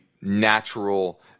natural